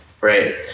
right